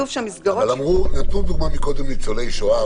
אבל נתנו דוגמה מקודם ניצולי שואה.